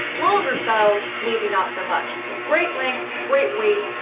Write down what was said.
longer styles, maybe not so much. it's a great length, great weight,